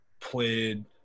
played